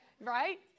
right